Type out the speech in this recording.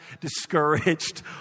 discouraged